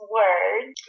words